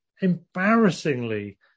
embarrassingly